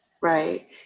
right